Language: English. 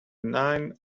nine